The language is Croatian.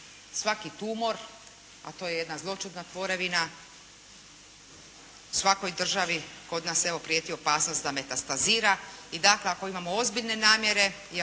svaki tumor, a to je jedna zloćudna tvorevina u svakoj državi, kod nas prijeti evo opasnost da metastazira i dakako imamo ozbiljne namjere i ako hoćemo da nas